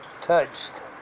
Touched